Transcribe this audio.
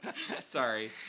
Sorry